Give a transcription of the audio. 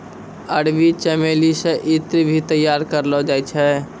अरबी चमेली से ईत्र भी तैयार करलो जाय छै